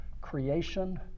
creation